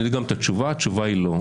אני גם יודע את התשובה התשובה היא "לא".